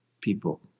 people